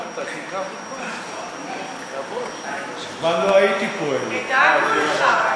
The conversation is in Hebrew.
גם אתה, מזמן לא הייתי פה, האמת.